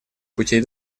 путей